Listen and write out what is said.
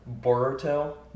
Boruto